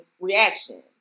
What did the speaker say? reaction